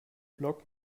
block